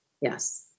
yes